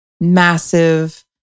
massive